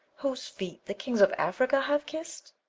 whose feet the kings of africa have kiss'd?